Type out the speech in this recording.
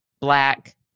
black